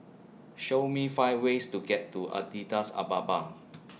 Show Me five ways to get to Adidas Ababa